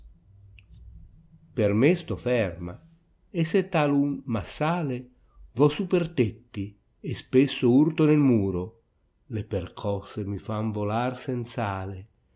per me sto ferma e se tal un m'assale ve su per tetti e spesso urto nel muro le percosse mi fan volar senz